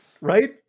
right